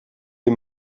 les